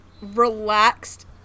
relaxed